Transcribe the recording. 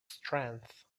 strength